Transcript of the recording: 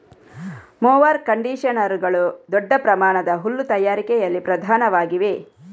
mower ಕಂಡಿಷನರುಗಳು ದೊಡ್ಡ ಪ್ರಮಾಣದ ಹುಲ್ಲು ತಯಾರಿಕೆಯಲ್ಲಿ ಪ್ರಧಾನವಾಗಿವೆ